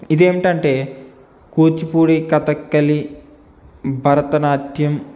ఇది ఏమిటంటే కూచిపూడి కథకళి భరతనాట్యం